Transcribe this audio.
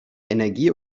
energie